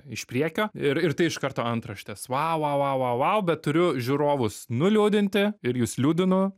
iš priekio ir ir tai iš karto antraštės vau vau vau vau vau bet turiu žiūrovus nuliūdinti ir jus liūdinu